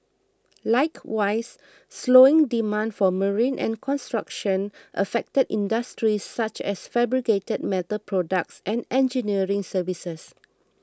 likewise slowing demand for marine and construction affected industries such as fabricated metal products and engineering services